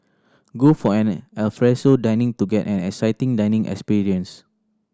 go for an alfresco dining to get an exciting dining experience